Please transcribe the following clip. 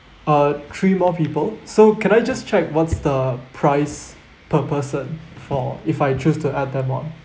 uh three more people so can I just check what's the price per person for if I choose to add them on